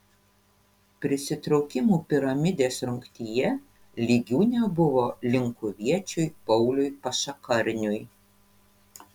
prisitraukimų piramidės rungtyje lygių nebuvo linkuviečiui pauliui pašakarniui